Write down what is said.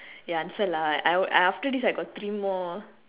ya answer lah I I after this I got three more